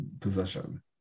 possession